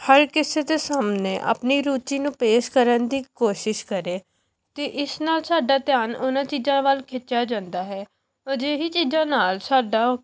ਹਰ ਕਿਸੇ ਦੇ ਸਾਹਮਣੇ ਆਪਣੀ ਰੁਚੀ ਨੂੰ ਪੇਸ਼ ਕਰਨ ਦੀ ਕੋਸ਼ਿਸ਼ ਕਰੇ ਤਾਂ ਇਸ ਨਾਲ਼ ਸਾਡਾ ਧਿਆਨ ਉਹਨਾਂ ਚੀਜ਼ਾਂ ਵੱਲ ਖਿੱਚਿਆ ਜਾਂਦਾ ਹੈ ਅਜਿਹੀ ਚੀਜ਼ਾਂ ਨਾਲ਼ ਸਾਡਾ